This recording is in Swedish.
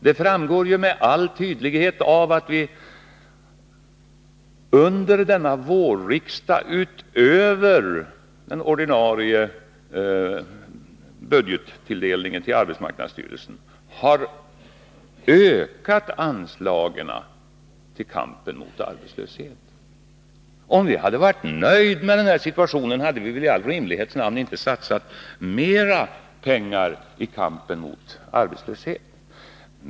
Det framgår med all tydlighet av att vi under denna vårriksdag, utöver den ordinarie budgettilldelningen till arbetsmarknadsstyrelsen, har ökat anslagen för kampen mot arbetslösheten. Om vi hade varit nöjda med den här situationen, så hade vi väl i all rimlighets namn inte satsat mera pengar i kampen mot arbetslöshet.